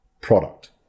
product